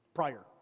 prior